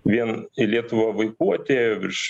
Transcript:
vien į lietuvą vaikų atėjo virš